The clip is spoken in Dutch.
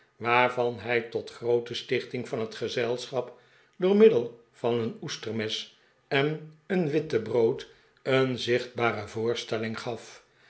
waarvan hij tot groote stichting van het gezelschap door middel van een oesterm'es en een wittebrood een zichtbare voorstelling gaf